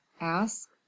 Ask